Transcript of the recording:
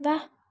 वाह